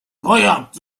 vajab